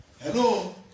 hello